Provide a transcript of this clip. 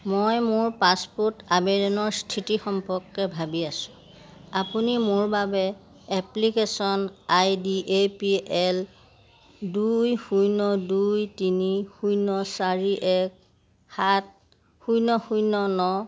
মই মোৰ পাছপোৰ্ট আবেদনৰ স্থিতি সম্পৰ্কে ভাবি আছোঁ আপুনি মোৰ বাবে application I D A P L দুই শূন্য দুই তিনি শূন্য চাৰি এক সাত শূন্য শূন্য